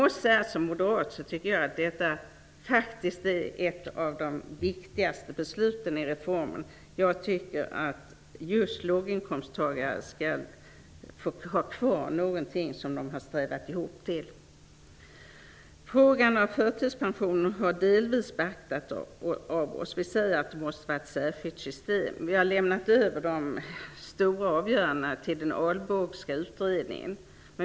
Som moderat tycker jag att detta faktiskt är ett av de viktigaste besluten i reformen. Jag tycker att just låginkomsttagare skall få ha kvar någonting av det som de har strävat ihop till. Frågan om förtidspensioner har delvis beaktats av oss. Vi menar att de måste ligga i ett eget system men har lämnat de stora avgörandena till den Albågska utredningen.